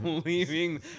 leaving